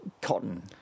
Cotton